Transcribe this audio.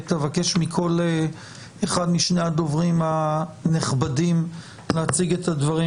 אבקש מכל אחד משני הדוברים הנכבדים להציג את הדברים,